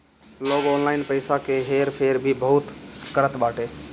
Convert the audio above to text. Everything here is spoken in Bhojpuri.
लोग ऑनलाइन पईसा के हेर फेर भी बहुत करत बाटे